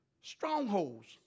strongholds